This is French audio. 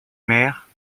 maire